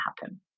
happen